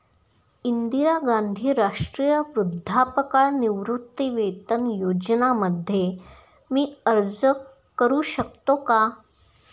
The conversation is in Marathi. इंदिरा गांधी राष्ट्रीय वृद्धापकाळ निवृत्तीवेतन योजना मध्ये मी अर्ज का करू शकतो का?